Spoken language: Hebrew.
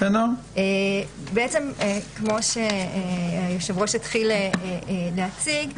כמו שהתחיל היושב-ראש להציג,